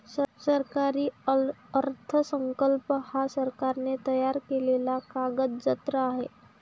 सरकारी अर्थसंकल्प हा सरकारने तयार केलेला कागदजत्र आहे